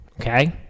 okay